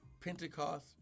Pentecost